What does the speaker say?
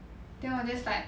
then 我 just like